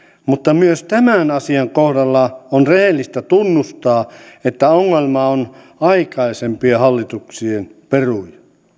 mutta myös tämän asian kohdalla on rehellistä tunnustaa että ongelma on aikaisempien hallituksien peruja